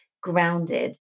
grounded